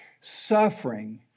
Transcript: Suffering